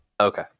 Okay